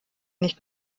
nicht